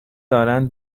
دارند